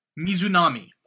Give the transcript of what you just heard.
Mizunami